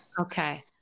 okay